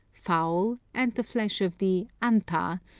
fowls, and the flesh of the anta,